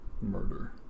murder